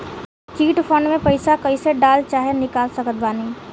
Chit fund मे पईसा कईसे डाल चाहे निकाल सकत बानी?